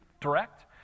direct